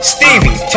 Stevie